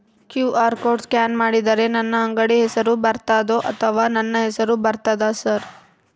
QR code scan ಮಾಡಿದರೆ ನನ್ನ ಅಂಗಡಿ ಹೆಸರು ಬರ್ತದೋ ಅಥವಾ ನನ್ನ ಹೆಸರು ಬರ್ತದ ಸರ್?